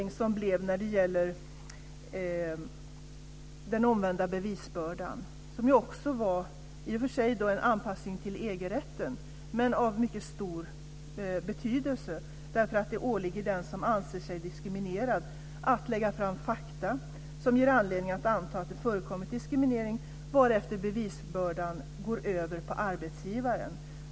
Jag kan också nämna förändringen av den omvända bevisbördan som i och för sig var en anpassning till EG-rätten, men den var av mycket stor betydelse, därför att det åligger den som anser sig diskriminerad att lägga fram fakta som ger anledning att anta att det har förekommit diskriminering varefter bevisbördan går över på arbetsgivaren.